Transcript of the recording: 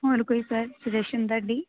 ਹੋਰ ਕੋਈ ਸੁਜੈਸ਼ਨ ਤੁਹਾਡੀ